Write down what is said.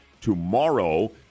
tomorrow